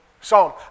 Psalm